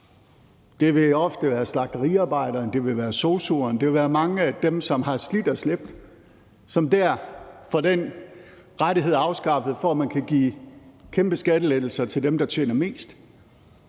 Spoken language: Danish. Det vil ofte være slagteriarbejderen eller sosu'en, og det vil være mange af dem, som har slidt og slæbt, som dér får den rettighed afskaffet, for at man kan give kæmpe skattelettelser til dem, der tjener mest.